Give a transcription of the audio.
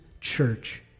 church